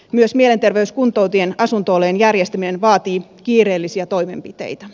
myös mielenterveyskuntoutu jien asunto olojen järjestäminen vaatii kiireellisiä toimenpiteitä